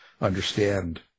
understand